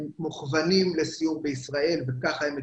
מוכוונים לסיור בישראל וכך הם מתוקצבים.